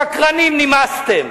שקרנים, נמאסתם.